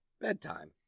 bedtime